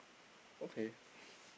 okay